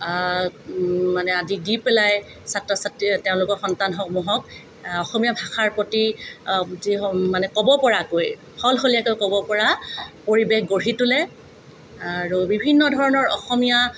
মানে আদি দি পেলাই ছাত্ৰ ছাত্ৰী তেওঁলোকৰ সন্তানসমূহক অসমীয়া ভাষাৰ প্ৰতি মানে ক'ব পৰাকৈ সলসলীয়াকৈ ক'ব পৰা পৰিৱেশ গঢ়ি তোলে আৰু বিভিন্ন ধৰণৰ অসমীয়া